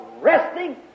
resting